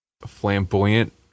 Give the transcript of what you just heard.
flamboyant